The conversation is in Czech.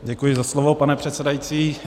Děkuji za slovo, pane předsedající.